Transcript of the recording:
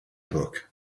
book